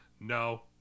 No